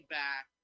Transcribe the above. back